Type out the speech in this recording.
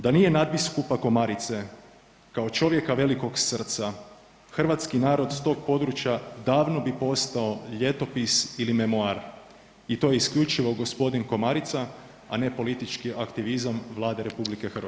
Da nije nadbiskupa Komarice kao čovjeka velikog srca hrvatski narod s tog područja davno bi postao ljetopis ili memoar i to je isključivo g. Komarica, a ne politički aktivizam Vlade RH.